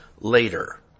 later